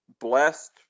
blessed